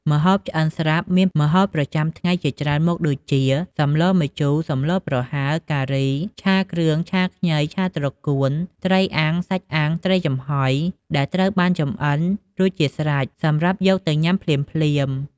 ម្ហូបឆ្អិនស្រាប់ មានម្ហូបប្រចាំថ្ងៃជាច្រើនមុខ ដូចជា សម្លម្ជូរ សម្លរប្រហើរ ការី ឆាគ្រឿង ឆាខ្ញី ឆាត្រកួន ត្រីអាំង សាច់អាំង ត្រីចំហុយ ដែលត្រូវបានចម្អិនរួចជាស្រេចសម្រាប់យកទៅញ៉ាំភ្លាមៗ។